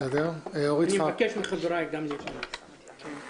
אבקש מחברי שיתנגדו אף הם.